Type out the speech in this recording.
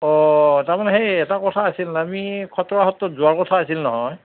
অঁ তাৰ মানে সেই এটা কথা আছিল আমি খটৰা সত্ৰত যোৱা কথা আছিল নহয়